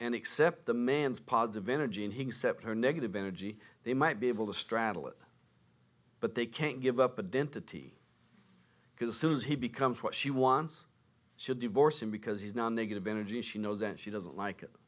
and accept the man's positive energy and he set her negative energy they might be able to straddle it but they can't give up a dentity because soon as he becomes what she once should divorce him because he's now negative energy she knows and she doesn't like it